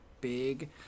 big